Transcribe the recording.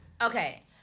Okay